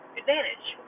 advantage